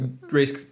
race